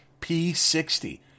P60